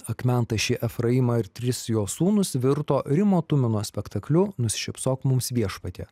akmentašį efraimą ir tris jo sūnus virto rimo tumino spektakliu nusišypsok mums viešpatie